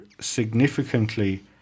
significantly